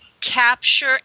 capture